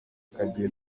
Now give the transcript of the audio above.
kagiye